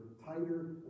Tighter